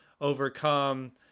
overcome